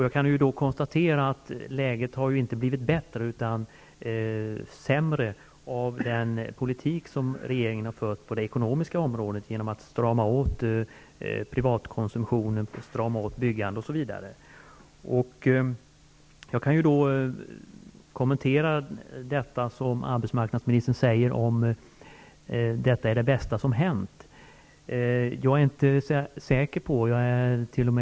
Jag kan konstatera att läget inte har blivit bättre utan sämre genom den politik regeringen har fört på det ekonomiska området med en åtstramning av privatkonsumtionen, byggandet, osv. Arbetsmarknadsministern säger att han har hört arbetsförmedlare säga att detta är det bästa som har hänt. Jag är inte säker på att så är fallet.